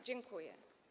Dziękuję.